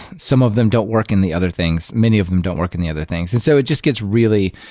some of them don't work in the other things. many of them don't work in the other things. and so it just gets really,